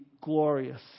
glorious